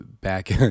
back